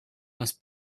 must